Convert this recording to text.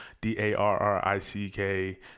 D-A-R-R-I-C-K